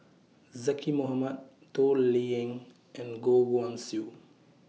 Zaqy Mohamad Toh Liying and Goh Guan Siew